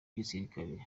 igisirikare